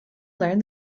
learn